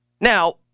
Now